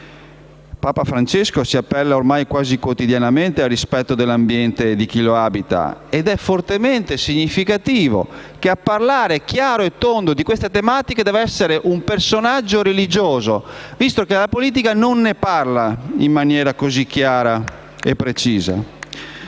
Papa Francesco si appella oramai quasi quotidianamente al rispetto dell'ambiente e di chi lo abita, ed è fortemente significativo che a parlare chiaro e tondo di questi temi debba essere un personaggio religioso, visto che la politica non ne parla in maniera così chiara e precisa.